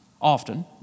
often